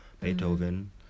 Beethoven